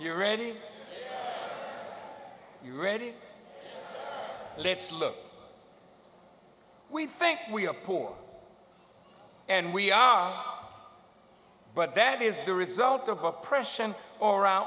you're ready you're ready let's look we think we are poor and we are but that is the result of oppression or our